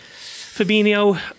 Fabinho